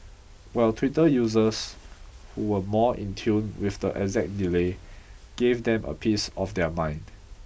while Twitter users who were more in tune with the exact delay gave them a piece of their mind